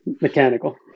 Mechanical